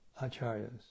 Acharyas